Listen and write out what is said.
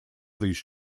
these